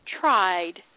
tried